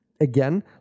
Again